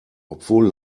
obwohl